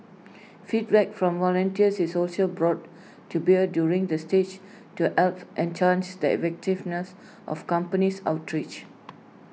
feedback from volunteers is also brought to bear during this stage to help enhance the of company's outreach